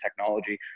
technology